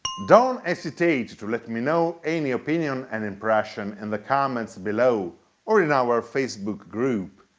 don't hesitate to let me know any opinion and impression in the comments below or in our facebook group.